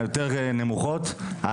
היותר נמוכות,